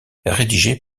rédigées